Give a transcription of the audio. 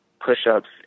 push-ups